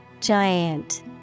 Giant